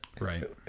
right